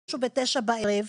משהו בתשע בערב,